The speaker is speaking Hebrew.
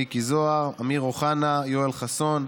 מיקי זוהר, אמיר אוחנה, יואל חסון,